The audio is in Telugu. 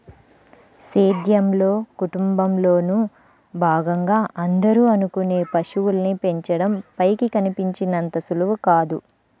సేద్యంలో, కుటుంబంలోను భాగంగా అందరూ అనుకునే పశువుల్ని పెంచడం పైకి కనిపించినంత సులువు కాదు